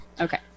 Okay